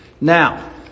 Now